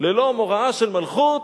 ללא מוראה של מלכות,